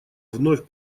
вновь